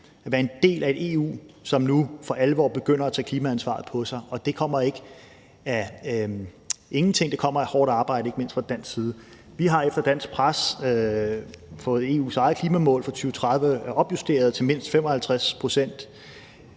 at være en del af et EU, som nu for alvor begynder at tage klimaansvaret på sig. Og det kommer ikke af ingenting; det kommer af hårdt arbejde, ikke mindst fra dansk side. Vi har efter dansk pres fået opjusteret EU's eget klimamål for 2030 til mindst 55 pct.